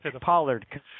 Pollard